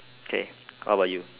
k what about you